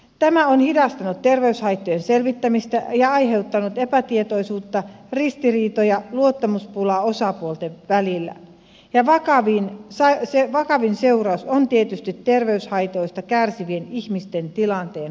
tämä on hidastanut terveyshaittojen selvittämistä ja aiheuttanut epätietoisuutta ristiriitoja luottamuspulaa osapuolten välillä ja vakavin seuraus on tietysti terveyshaitoista kärsivien ihmisten tilanteen huononeminen